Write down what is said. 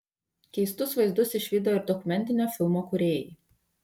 keistus vaizdus išvydo ir dokumentinio filmo kūrėjai